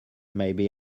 maybe